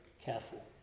careful